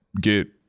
get